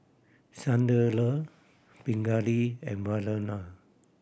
Sunderlal Pingali and Vandana